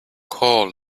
call